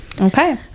okay